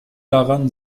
daran